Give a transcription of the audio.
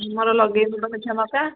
ଆମର ଲଗେଇଛୁ ବା ମିଠାମକା